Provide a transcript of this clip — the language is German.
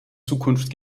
zukunft